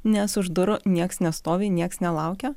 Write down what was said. nes už durų nieks nestovi nieks nelaukia